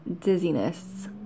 Dizziness